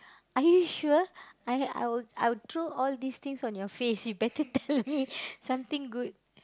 are you sure I'll I will I will throw all these things on your face you better tell me something good